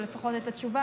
או לפחות את התשובה,